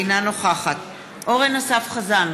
אינה נוכחת אורן אסף חזן,